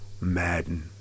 Madden